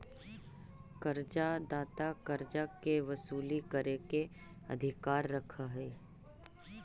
कर्जा दाता कर्जा के वसूली करे के अधिकार रखऽ हई